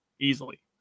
easily